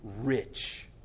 rich